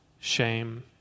shame